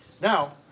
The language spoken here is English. Now